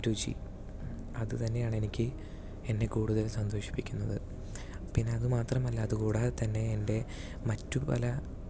രുചി അതുതന്നെയാണ് എനിക്ക് എന്നെ കൂടുതൽ സന്തോഷിപ്പിക്കുന്നത് പിന്നെ അതുമാത്രമല്ല അതുകൂടാതെ തന്നെ എൻ്റെ മറ്റുപല